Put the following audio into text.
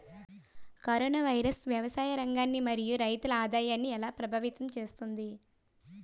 Corona virus వ్యవసాయ రంగాన్ని మరియు రైతుల ఆదాయాన్ని ఎలా ప్రభావితం చేస్తుంది?